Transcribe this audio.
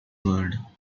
word